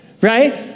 Right